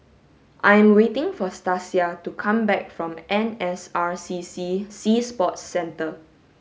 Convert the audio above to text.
I am waiting for Stasia to come back from N S R C C Sea Sports Centre